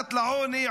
מתחת לקו העוני,